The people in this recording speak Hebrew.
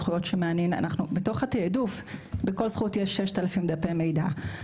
זכויות --- בתוך התעדוף בכל זכות יש 6000 דפי מידע.